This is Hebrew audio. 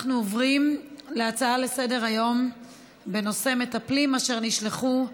התשע"ו 2016, לא נתקבלה.